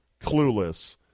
clueless